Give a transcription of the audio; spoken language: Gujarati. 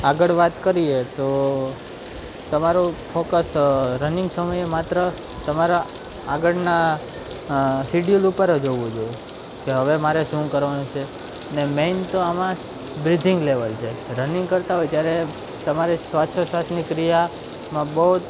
આગળ વાત કરીએ તો તમારું ફોકસ રનિંગ સમયે માત્ર તમારા આગળના સિડ્યુલ ઉપર જ હોવું જોઈએ કે હવે મારે શું કરવાનું છે અને મેન તો આમાં બ્રિથિંગ લેવલ છે રનિંગ કરતા હોય ત્યારે તમારે શ્વાસોચ્છવાસની ક્રિયામાં બહુ